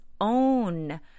own